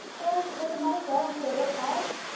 and with the money going to a good cause.